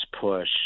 push